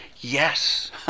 yes